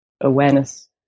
awareness